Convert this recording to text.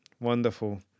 wonderful